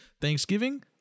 Thanksgiving